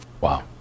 Wow